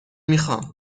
میخوام